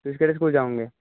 ਤੁਸੀਂ ਕਿਹੜੇ ਸਕੂਲ ਜਾਓਗੇ